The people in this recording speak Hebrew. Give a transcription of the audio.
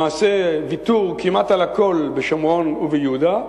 למעשה, ויתור כמעט על הכול בשומרון וביהודה,